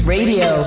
Radio